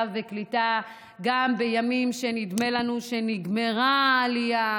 ובקליטה גם בימים שנדמה לנו שנגמרה העלייה,